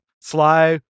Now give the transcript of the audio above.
Sly